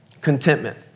Contentment